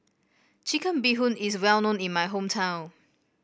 Chicken Bee Hoon is well known in my hometown